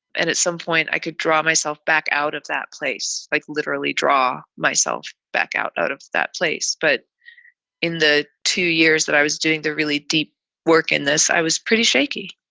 and at some point i could draw myself back out of that place, like literally draw myself back out. out of that place. but in the two years that i was doing the really deep work in this, i was pretty shaky